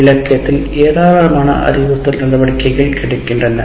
இலக்கியத்தில் ஏராளமான அறிவுறுத்தல் நடவடிக்கைகள் கிடைக்கின்றன